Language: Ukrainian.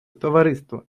товариство